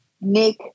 Nick